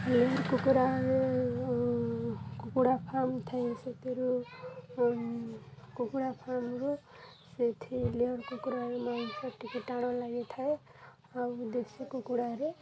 layer କୁକୁଡ଼ାରେ କୁକୁଡ଼ା farm ଥାଏ ସେଥିରୁ କୁକୁଡ଼ା ଫାର୍ମରୁ ସେଠି ଲେୟର୍ କୁକୁଡ଼ାରେ ମାଂସ ଟିକେ ଟାଣ ଲାଗିଥାଏ ଆଉ ଦେଶୀ କୁକୁଡ଼ାରେ